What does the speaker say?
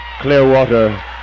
Clearwater